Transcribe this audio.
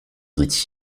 dit